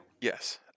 Yes